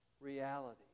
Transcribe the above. reality